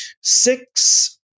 Six